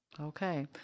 Okay